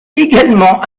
également